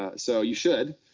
ah so you should.